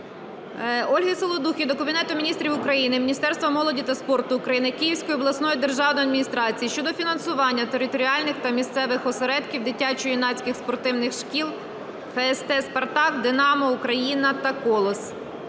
Ольги Саладухи до Кабінету Міністрів, Міністерства молоді та спорту України, Київської обласної державної адміністрації щодо фінансування територіальних та місцевих осередків, дитячо-юнацьких спортивних шкіл ФСТ Спартак", "Динамо", "Україна" та "Колос".